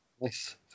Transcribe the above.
Nice